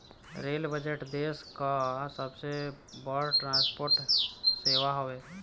rail budget देस कअ सबसे बड़ ट्रांसपोर्ट सेवा हवे